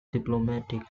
diplomatic